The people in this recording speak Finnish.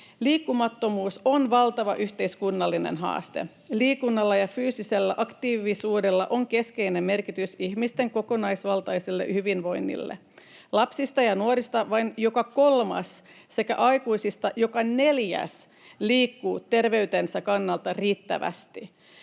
Liikkumattomuus on valtava yhteiskunnallinen haaste. Liikunnalla ja fyysisellä aktiivisuudella on keskeinen merkitys ihmisten kokonaisvaltaiselle hyvinvoinnille. Lapsista ja nuorista vain joka kolmas sekä aikuisista joka neljäs liikkuu terveytensä kannalta riittävästi.